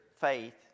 faith